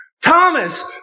Thomas